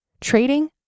Trading